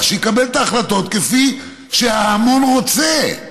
שהוא יקבל את ההחלטות כפי שההמון רוצה.